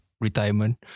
retirement